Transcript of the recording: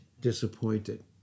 disappointed